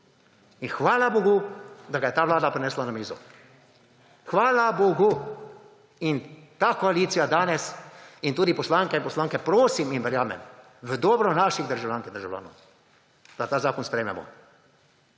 In hvala bogu, da ga je ta Vlada prinesla na mizo. Hvala bogu. In ta koalicija danes in tudi poslanke in poslance prosim in verjamem v dobro naših državljank in državljanov, da ta zakon sprejmemo.